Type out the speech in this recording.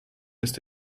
ist